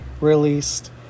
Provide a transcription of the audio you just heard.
released